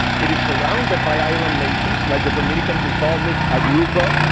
it is surrounded by island nations like the dominican republic, aruba,